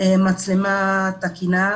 מצלמה תקינה,